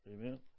Amen